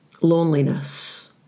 Loneliness